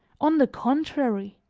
on the contrary,